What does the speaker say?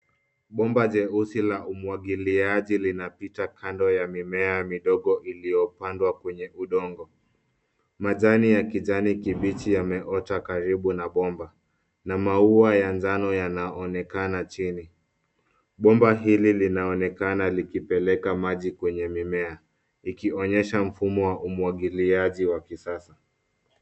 Bomba jeusi la umwagiliaji linapita kando ya mimea midogo iliyopandwa kwenye udongo. Majani ya kijani kibichi yameota karibu na bomba na maua ya njano yanaonekana chini. Bomba hili linaonekana likipeleka maji kwenye mimea, ikionyesha mfumo wa umwagiliaji wa kisasa.